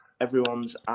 everyone's